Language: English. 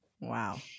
wow